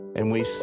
and we say